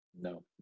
No